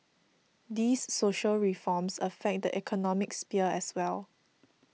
these social reforms affect the economic sphere as well